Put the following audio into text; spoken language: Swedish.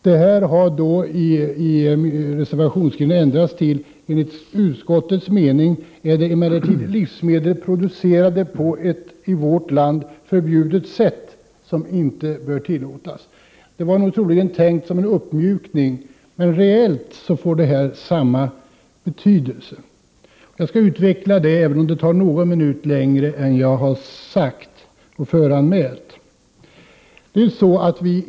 I reservationstexten har detta ändrats till: ”Enligt utskottets mening är det emellertid livsmedel producerade på ett i vårt land förbjudet sätt som inte bör tillåtas.” Det var nog troligen tänkt som en uppmjukning, men reellt får detta samma betydelse. Jag skall utveckla detta något, och mitt anförande kanske därför blir något längre än jag hade tänkt.